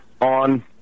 on